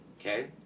Okay